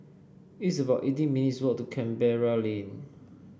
it's about eighteen minutes' walk to Canberra Lane